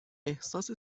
احساس